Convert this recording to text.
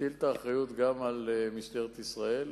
שתטיל את האחריות גם על משטרת ישראל.